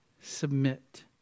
submit